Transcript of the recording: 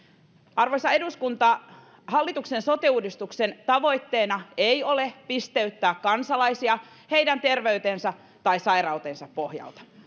arvoisa eduskunta hallituksen sote uudistuksen tavoitteena ei ole pisteyttää kansalaisia heidän terveytensä tai sairautensa pohjalta